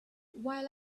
while